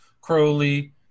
Crowley